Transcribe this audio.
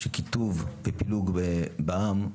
של קיטוב ופילוג בעם,